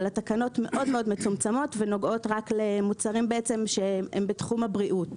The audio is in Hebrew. התקנות מאוד מצומצמות ונוגעות רק למוצרים בתחום הבריאות